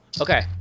Okay